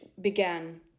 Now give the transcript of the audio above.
began